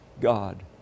God